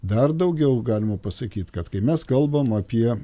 dar daugiau galima pasakyt kad kai mes kalbam apie